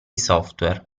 software